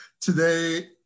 Today